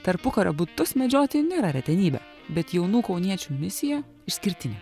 tarpukario butus medžioti nėra retenybė bet jaunų kauniečių misija išskirtinė